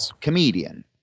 comedian